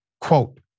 Quote